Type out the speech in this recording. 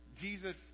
Jesus